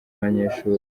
abanyeshuri